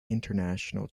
international